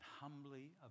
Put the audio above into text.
humbly